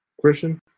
Christian